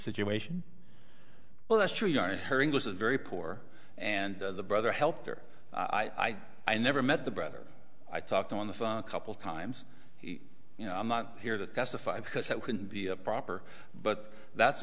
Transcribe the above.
situation well that's true you aren't her english very poor and the brother helped her eyes i never met the brother i talked on the phone a couple times you know i'm not here to testify because that wouldn't be a proper but that's